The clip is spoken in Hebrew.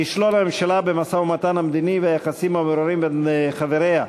כישלון הממשלה במשא-ומתן המדיני והיחסים המעורערים בין חבריה,